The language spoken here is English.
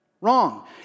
Wrong